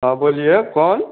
हाँ बोलिए कौन